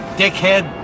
dickhead